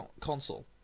console